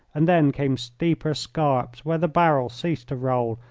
and then came steeper scarps where the barrel ceased to roll,